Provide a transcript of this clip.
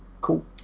cool